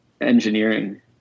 engineering